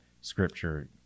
scripture